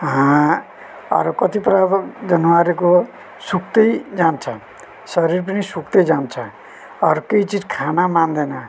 अरू कति प्रकार जानवरको सुक्तै जान्छ शरीर पनि सुक्तै जान्छ अरू केही चिज खान मान्दैन